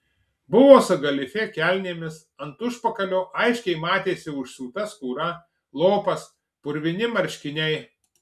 buvo su galifė kelnėmis ant užpakalio aiškiai matėsi užsiūta skūra lopas purvini marškiniai